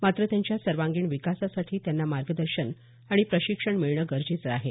मात्र त्यांच्या सर्वांगीण विकासासाठी त्यांना मार्गदर्शन आणि प्रशिक्षण मिळणं गरजेचं आहे